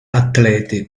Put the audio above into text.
atleti